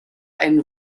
einen